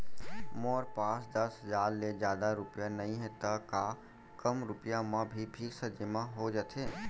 मोर पास दस हजार ले जादा रुपिया नइहे त का कम रुपिया म भी फिक्स जेमा हो जाथे?